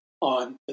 on